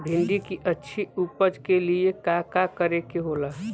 भिंडी की अच्छी उपज के लिए का का करे के होला?